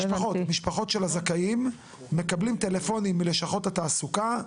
המשפחות של הזכאים מקבלים טלפונים מלשכות התעסוקה.